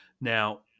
Now